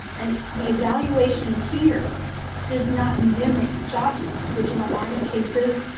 and the evaluation here does not mimic job duties, which in a line of cases